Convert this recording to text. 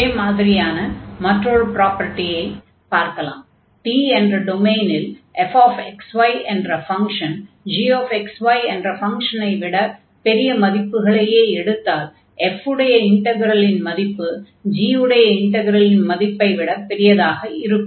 அதே மாதிரியான மற்றொரு ப்ராப்பர்டி D என்ற டொமைனில் fxy என்ற ஃபங்ஷன் gxy என்ற ஃபங்ஷனை விட பெரிய மதிப்புகளையே எடுத்தால் f உடைய இன்டக்ரலின் மதிப்பு g உடைய இன்டக்ரலின் மதிப்பை விட பெரியதாக இருக்கும்